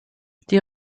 die